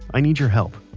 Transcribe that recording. i need your help.